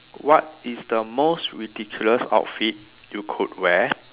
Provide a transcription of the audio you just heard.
what is the most ridiculous outfit you could wear